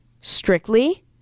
strictly